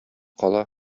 кала